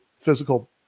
physical